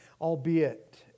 Albeit